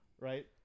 Right